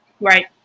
Right